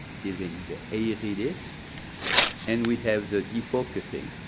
giving the airy disc and we have the de-focusing.